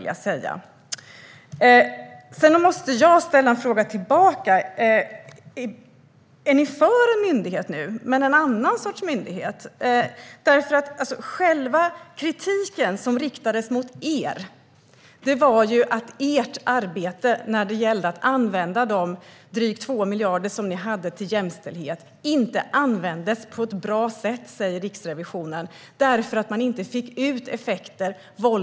Jag måste få ställa en fråga tillbaka. Är ni för en myndighet nu men en annan sorts myndighet? Själva kritiken som Riksrevisionen riktade mot er var att de drygt 2 miljarder som ni hade till ert arbete för jämställdhet inte användes på ett bra sätt och att ni inte fick ut de effekter ni ville.